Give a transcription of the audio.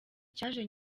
cyaje